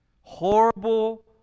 Horrible